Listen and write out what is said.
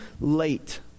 late